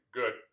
good